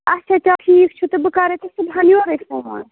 اَچھا چلو ٹھیٖک چھُ تہٕ بہٕ کَرے تۅہہِ صُبحن یورَے فون